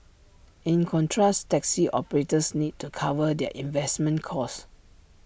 in contrast taxi operators need to cover their investment costs